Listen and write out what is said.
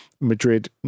Madrid